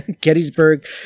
Gettysburg